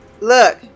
look